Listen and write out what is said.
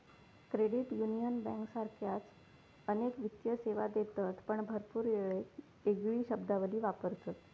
credit union बँकांसारखाच अनेक वित्तीय सेवा देतत पण भरपूर येळेक येगळी शब्दावली वापरतत